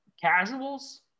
casuals